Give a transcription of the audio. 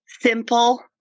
simple